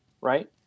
right